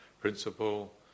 principle